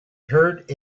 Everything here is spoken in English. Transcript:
heard